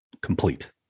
complete